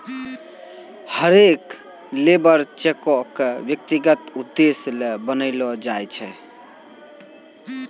हरेक लेबर चेको क व्यक्तिगत उद्देश्य ल बनैलो जाय छै